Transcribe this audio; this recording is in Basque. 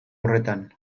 horretan